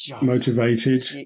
motivated